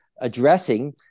addressing